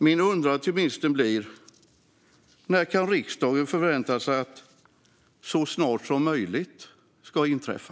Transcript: Min undran till ministern blir: När kan riksdagen förvänta sig att "så snart det är möjligt" ska inträffa?